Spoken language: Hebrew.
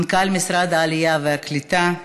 מנכ"ל משרד העלייה והקליטה,